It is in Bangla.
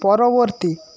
পরবর্তী